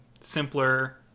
simpler